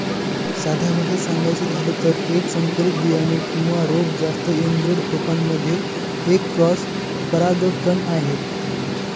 साध्या भाषेत सांगायचं झालं तर, एक संकरित बियाणे किंवा रोप जास्त एनब्रेड रोपांमध्ये एक क्रॉस परागकण आहे